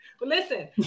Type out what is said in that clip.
Listen